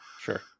Sure